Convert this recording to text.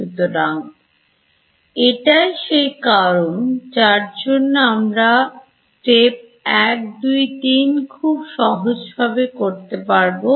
সুতরাং এটাই সেই কারণ যার জন্য আমরা step 123 খুব সহজভাবে করতে পারবো